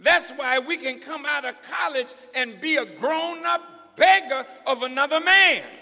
that's why we can come out of college and be a grown up bag of another man